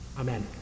Amen